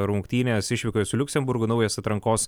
rungtynės išvykoje su liuksemburgu naujas atrankos